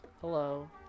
Hello